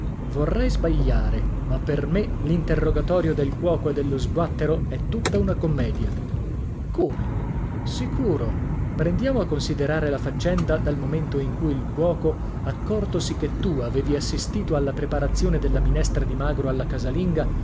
vorrei sbagliare ma per me l'interrogatorio del cuoco e dello sguattero è tutta una commedia come sicuro prendiamo a considerare la faccenda dal momento in cui il cuoco accortosi che tu avevi assistito alla preparazione della minestra di magro alla casalinga